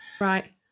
Right